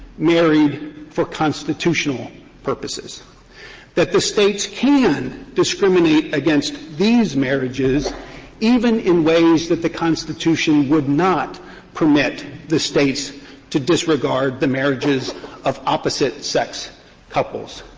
married for constitutional purposes that the states can discriminate against these marriages even in ways that the constitution would not permit the states to disregard the marriages of opposite-sex couples.